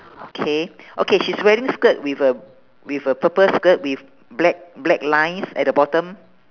okay okay she's wearing skirt with a with a purple skirt with black black lines at the bottom